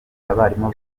abarimu